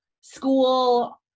school